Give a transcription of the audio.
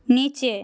নিচে